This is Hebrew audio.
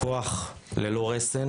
כוח ללא רסן